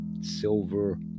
silver